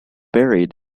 buried